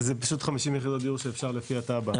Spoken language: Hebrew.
זה פשוט 50 יחידות דיור שאפשר לפי התב"ע,